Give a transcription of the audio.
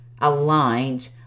aligned